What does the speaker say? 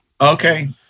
Okay